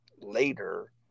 later